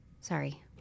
Sorry